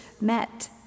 met